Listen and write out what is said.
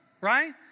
right